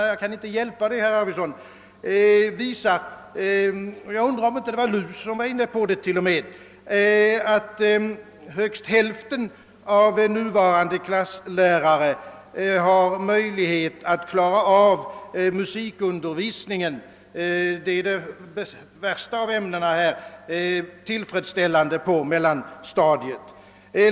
Det har nämligen gjorts sådana — jag undrar om inte t.o.m. LUS var inne på saken — som visar, att högst hälften av nuvarande klasslärare har möjlighet att klara av undervisningen i musik, det svåraste av ämnena, tillfredsställande på mellanstadiet.